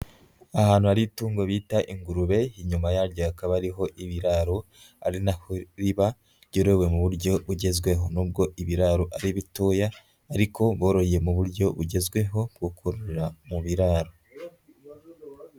Ahantu hari itungo bita ingurube. Inyuma yaryo hakaba hariho ibiraro ari na ho riba ryorowe mu buryo bugezweho. Nubwo ibiraro ari bitoya ariko boroye mu buryo bugezweho bwo kororera mu biraro.